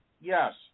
Yes